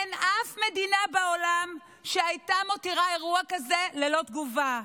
אין אף מדינה בעולם שהייתה מותירה אירוע כזה ללא תגובה.